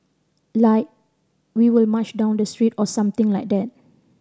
like we will march down the street or something like that